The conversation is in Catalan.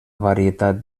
varietat